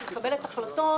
כשהיא מקבלת החלטות,